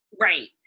right